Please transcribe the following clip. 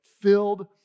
filled